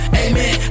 amen